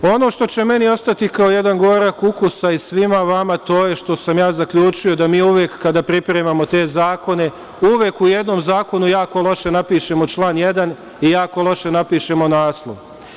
Ono što će meni ostati kao jedan gorak ukus, a i svima vama, to je što sam ja zaključio da kada pripremamo te zakone uvek u jednom zakonu jako loše napišemo član 1. i jako loše napišemo naslov.